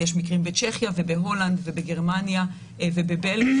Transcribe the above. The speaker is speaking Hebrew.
אז יש מקרים בצ'כיה ובהולנד ובגרמניה ובבלגיה,